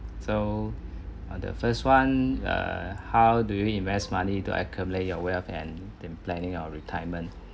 so ah the first one err how do you invest money to accumulate your wealth and the planning your retirement